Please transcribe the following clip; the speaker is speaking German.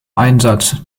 einsatz